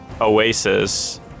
oasis